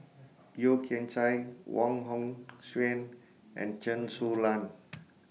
Yeo Kian Chye Wong Hong Suen and Chen Su Lan